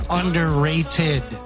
underrated